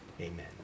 amen